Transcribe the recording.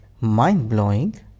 mind-blowing